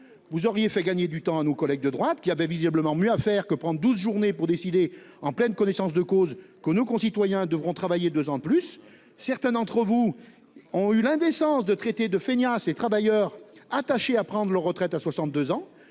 Vous auriez fait gagner du temps à nos collègues de droite, qui avaient visiblement mieux à faire que prendre douze journées pour décider, en pleine connaissance de cause, que nos concitoyens devront travailler deux ans de plus. Certains d'entre vous ont eu l'indécence de traiter de fainéants les travailleurs attachés à prendre leur retraite à 62 ans.